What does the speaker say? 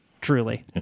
Truly